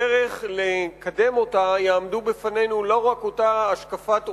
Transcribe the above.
בדרך לקדם אותה יעמדו בפנינו לא רק אותה השקפת עולם,